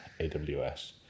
AWS